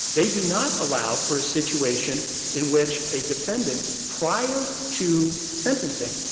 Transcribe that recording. they do not allow for a situation in which a defendant, prior to sentencing,